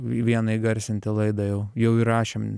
vieną įgarsinti laidą jau jau įrašėm